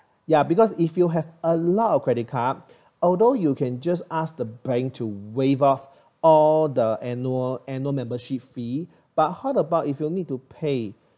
ya because if you have a lot of credit card although you can just ask the bank to waive off all the annual annual membership fee but how about if you'll need to pay